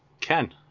Ken